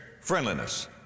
friendliness